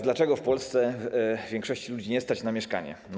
Dlaczego w Polsce większości ludzi nie stać na mieszkania?